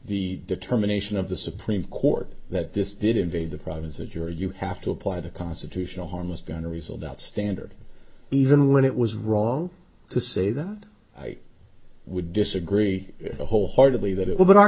the determination of the supreme court that this did invade the privacy of your you have to apply the constitutional harm is going to resolve that standard even when it was wrong to say that i would disagree wholeheartedly that it will but our